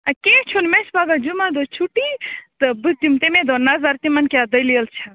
آ کیٚنٛہہ چھُ نہٕ مےٚ چھُ پَگاہ جُمعہ دۄہ چھُٹی تہٕ بہٕ دِمہٕ تَمےَ دۄہ نظر تِمَن کیٛاہ دٔلیٖل چھِ